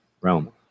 realm